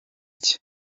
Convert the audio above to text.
cye